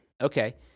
Okay